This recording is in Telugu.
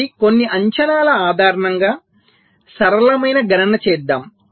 కాబట్టి కొన్ని అంచనాల ఆధారంగా సరళమైన గణన చేద్దాం